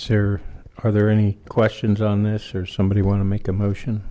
sir are there any questions on this or somebody want to make a motion